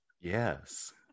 Yes